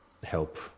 help